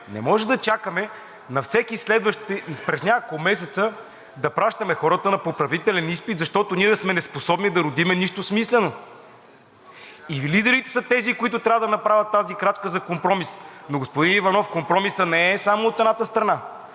не може да чакаме на всеки следващ… през няколко месеца да пращаме хората на поправителен изпит, защото ние сме неспособни да родим нищо смислено. (Реплика от „Продължаваме Промяната“.) Лидерите са тези, които трябва да направят тази крачка за компромис. Господин Иванов, компромисът не е само от едната страна.